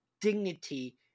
dignity